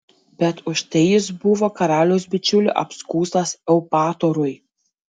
bet už tai jis buvo karaliaus bičiulių apskųstas eupatorui